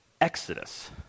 Exodus